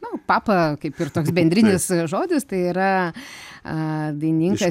nu papa kaip ir toks bendrinis žodis tai yra a dainininkas